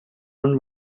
and